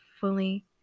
fully